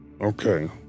Okay